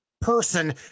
person